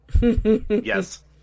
Yes